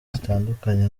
zitandukanye